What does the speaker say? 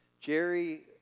Jerry